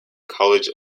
college